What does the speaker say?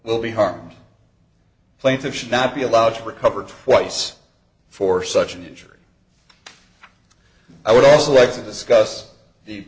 will be harmed plaintiff should not be allowed to recover twice for such an injury i would also like to discuss the